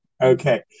Okay